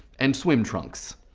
and swim trunks.